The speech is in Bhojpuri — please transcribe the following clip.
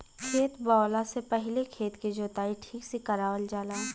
खेत बोवला से पहिले खेत के जोताई ठीक से करावल जाला